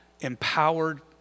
empowered